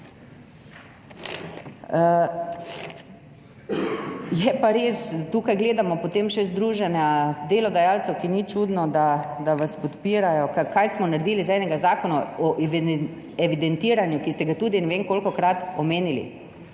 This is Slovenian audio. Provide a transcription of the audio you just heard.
Je pa res, tukaj gledamo potem še združenja delodajalcev, za katera ni čudno, da vas podpirajo. Kaj smo naredili iz enega zakona o evidentiranju, ki ste ga tudi ne vem kolikokrat omenili,